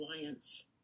Alliance